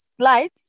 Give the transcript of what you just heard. slides